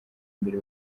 mbere